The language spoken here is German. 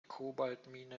kobaltmine